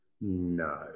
No